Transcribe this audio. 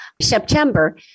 September